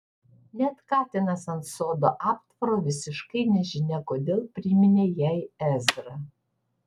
net katinas ant sodo aptvaro visiškai nežinia kodėl priminė jai ezrą